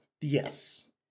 yes